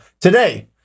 today